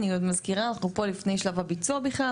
אני מזכירה שאנחנו פה עוד לפני שלב הביצוע בכלל,